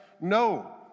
No